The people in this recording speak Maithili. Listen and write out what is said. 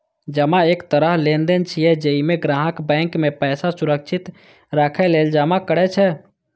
जमा एक तरह लेनदेन छियै, जइमे ग्राहक बैंक मे पैसा सुरक्षित राखै लेल जमा करै छै